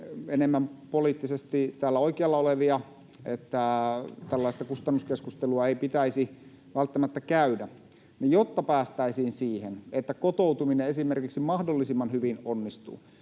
enemmän täällä oikealla olevia, että tällaista kustannuskeskustelua ei pitäisi välttämättä käydä. Mutta jotta päästäisiin siihen, että esimerkiksi kotoutuminen mahdollisimman hyvin onnistuu,